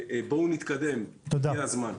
בואו נתקדם, הגיע הזמן.